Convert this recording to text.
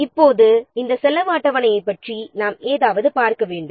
இப்போது இந்த செலவு அட்டவணையைப் பற்றி நாம் ஏதாவது பார்க்க வேண்டும்